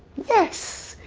yes.